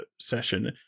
session